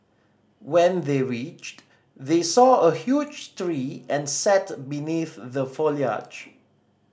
when they reached they saw a huge tree and sat beneath the foliage